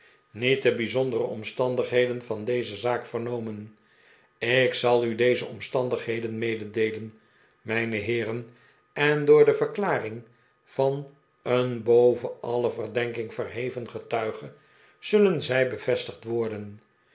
niet de bijzondere omstandigheden van deze zaak vernomen ik zal u deze omstandigheden mededeelen mijne heeren en door de verklaring van een boven alle verdenking verheven getuige zullen zij bevestigd worden